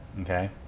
okay